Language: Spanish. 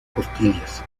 costillas